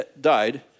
died